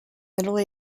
middle